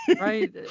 right